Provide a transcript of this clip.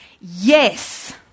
yes